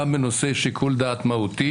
גם בנושא שיקול דעת מהותי.